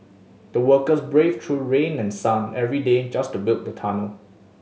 the workers braved through sun and rain every day just to build the tunnel